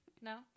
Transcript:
No